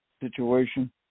situation